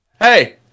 Hey